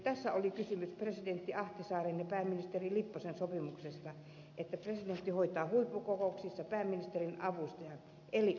tässä oli kysymys presidentti ahtisaaren ja pääministeri lipposen sopimuksesta että presidentti hoitaa huippukokouksissa pääministerin avustajan eli ulkoministerin virkaa